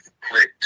clicked